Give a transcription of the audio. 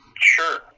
Sure